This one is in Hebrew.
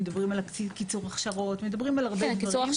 מדברים על קיצור הכשרות, מדברים על הרבה דברים.